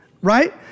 right